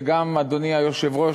וגם אדוני היושב-ראש,